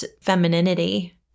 femininity